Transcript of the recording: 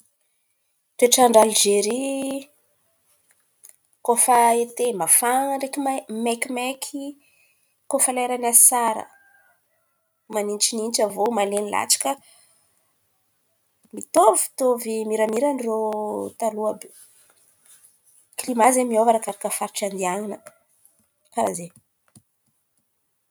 Toetrandra Alzeria, koa fa ete mafana ndraindraiky maikimaiky. Koa fa leran’ny asara manintsinintsy, avô malen̈y latsaka mitovitovy miramiranin-drô taloha àby io. Klimà ze miôva arakaraka faritry andian̈ana, karàha ze.